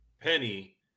Penny